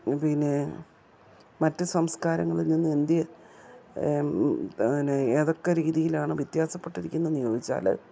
പിന്നെ മറ്റ് സംസ്കാരങ്ങളിൽ നിന്ന് ഇന്ത്യ പിന്നെ ഏതൊക്കെ രീതിയിലാണ് വ്യത്യാസപ്പെട്ടിരിക്കുന്നതെന്നു ചോദിച്ചാൽ